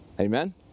Amen